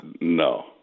no